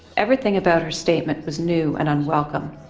everything about her statement was new and unwelcome.